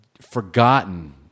forgotten